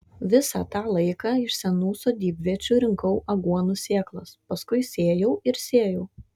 visą tą laiką iš senų sodybviečių rinkau aguonų sėklas paskui sėjau ir sėjau